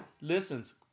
listens